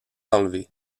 enlevés